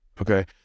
Okay